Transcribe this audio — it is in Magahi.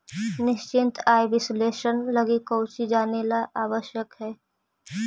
निश्चित आय विश्लेषण लगी कउची जानेला आवश्यक हइ?